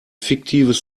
fiktives